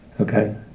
okay